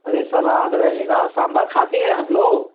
अरे सलाद रहेगा सांभर खाती हैं आप लोग